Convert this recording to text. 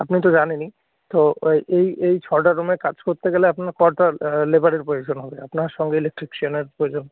আপনি তো জানেনই তো এ এই এই ছটা রুমে কাজ করতে গেলে আপনার কটা লেবারের প্রয়োজন হবে আপনার সঙ্গে ইলেকট্রিশিয়ানের প্রয়োজন